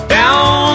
down